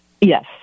Yes